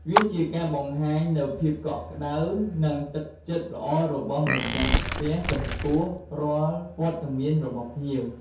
វាជាការបង្ហាញនូវភាពកក់ក្ដៅ និងទឹកចិត្តល្អរបស់ម្ចាស់ផ្ទះចំពោះរាល់វត្តមានរបស់ភ្ញៀវ។